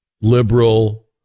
liberal